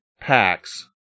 packs